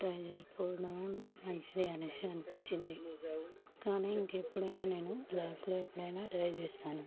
try చేయకపోవడమే మంచిది అనేసి అనిపించింది కానీ ఇంకెప్పుడైనా నేను లైఫ్లో ఎప్పుడైనా ట్రై చేస్తాను